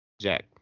Jack